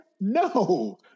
No